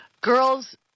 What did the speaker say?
girls